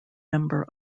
member